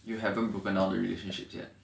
you haven't broken down the relationship yet